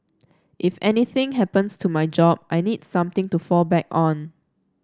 if anything happens to my job I need something to fall back on